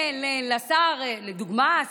לדוגמה,